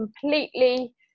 completely